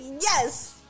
Yes